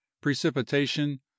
precipitation